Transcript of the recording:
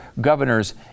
governors